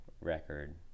record